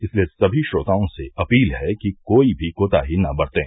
इसलिए सभी श्रोताओं से अपील है कि कोई भी कोताही न बरतें